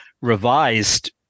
revised